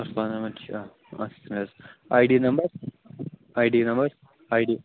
اَرسَلان احمد شاہ اَکھ سیٚکَنٛڈ حظ I D number I D number I D